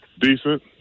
decent